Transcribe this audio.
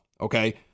okay